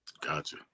gotcha